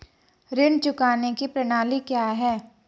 ऋण चुकाने की प्रणाली क्या है?